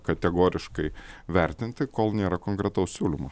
kategoriškai vertinti kol nėra konkretaus siūlymo